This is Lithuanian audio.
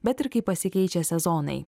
bet ir kai pasikeičia sezonai